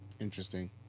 Interesting